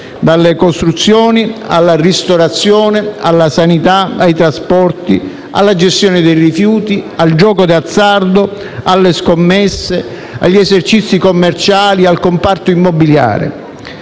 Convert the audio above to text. dalle costruzioni, alla ristorazione, alla sanità, ai trasporti, alla gestione dei rifiuti, al gioco d'azzardo, alle scommesse, agli esercizi commerciali, al comparto immobiliare